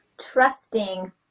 trusting